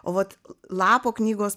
o vat lapo knygos